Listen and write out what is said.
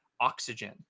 oxygen